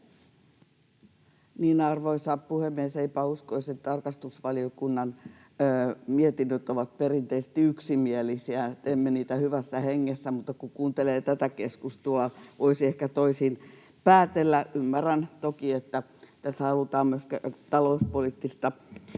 Arvoisa puhemies! Eipä uskoisi, että tarkastusvaliokunnan mietinnöt ovat perinteisesti yksimielisiä. Teemme niitä hyvässä hengessä, mutta kun kuuntelee tätä keskustelua, voisi ehkä toisin päätellä. Ymmärrän toki, että tässä halutaan myös käydä talouspoliittista